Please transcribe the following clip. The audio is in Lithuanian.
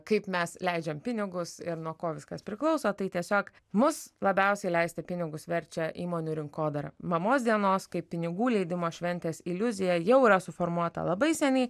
kaip mes leidžiam pinigus ir nuo ko viskas priklauso tai tiesiog mus labiausiai leisti pinigus verčia įmonių rinkodara mamos dienos kaip pinigų leidimo šventės iliuzija jau yra suformuota labai seniai